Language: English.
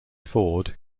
ford